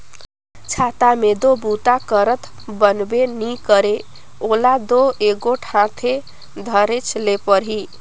छाता मे दो बूता करत बनबे नी करे ओला दो एगोट हाथे धरेच ले परही